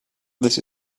this